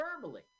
verbally